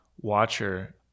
watcher